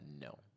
No